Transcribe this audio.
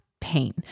pain